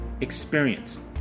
experience